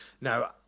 Now